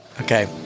Okay